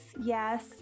Yes